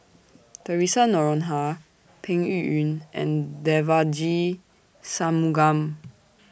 Theresa Noronha Peng Yuyun and Devagi Sanmugam